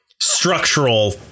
structural